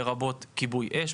לרבות כיבוי אש,